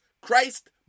Christ